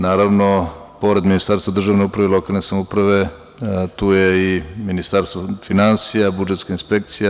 Naravno, pored Ministarstva državne uprave i lokalne samouprave tu je i Ministarstvo finansija, budžetska inspekcija.